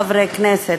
חברי הכנסת,